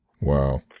Wow